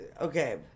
Okay